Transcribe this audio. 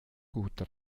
guter